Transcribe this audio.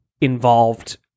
Involved